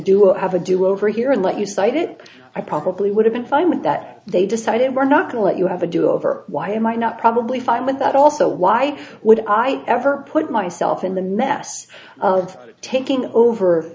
it have a do over here and let you cite it i probably would have been fine with that they decided we're not to let you have a do over why it might not probably fine with that also why would i ever put myself in the mess of taking over